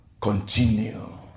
continue